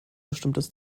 bestimmtes